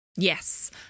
Yes